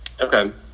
Okay